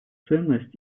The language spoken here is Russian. ценность